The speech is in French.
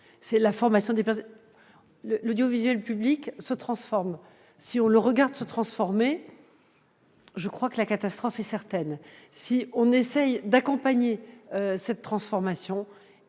c'est la formation des personnes. L'audiovisuel public se transforme. Si l'on se contente de le regarder se transformer, la catastrophe est certaine. Si l'on essaye d'accompagner cette transformation,